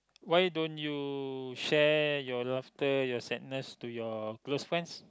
why don't you share your laughter your sadness to your girl's friends